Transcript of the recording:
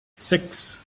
six